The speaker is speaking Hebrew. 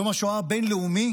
יום השואה הבין-לאומי